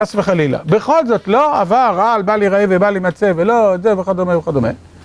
חס וחלילה, בכל זאת לא עבר על בל ירעה ובל ימצא ולא זה וכדומה וכדומה